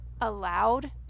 allowed